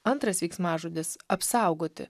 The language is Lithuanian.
antras veiksmažodis apsaugoti